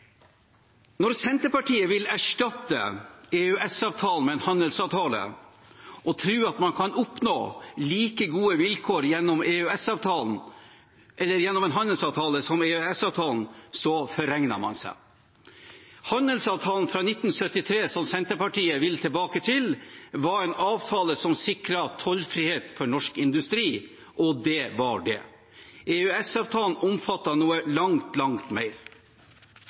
at man kan oppnå like gode vilkår gjennom en handelsavtale som EØS-avtalen, forregner man seg. Handelsavtalen fra 1973 som Senterpartiet vil tilbake til, var en avtale som sikret tollfrihet for norsk industri, og det var det. EØS-avtalen omfatter noe langt, langt mer.